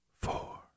four